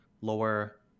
lower